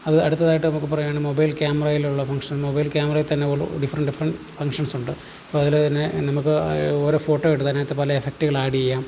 അത് അടുത്തതായിട്ട് നമുക്ക് പറയുകയാണെങ്കിൽ മൊബൈൽ ക്യാമറയിലുള്ള ഫംഗ്ഷൻ മൊബൈൽ ക്യാമറയിൽ തന്നെ ഉള്ള ഡിഫറൻ്റ് ഡിഫറൻ്റ് ഫംഗ്ഷൻസുണ്ട് അപ്പോൾ അതിൽ തന്നെ നമുക്ക് ഓരോ ഫോട്ടോ എടുത്തതിനകത്ത് പല എഫക്റ്റുകൾ ഏഡ് ചെയ്യാം